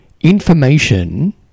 information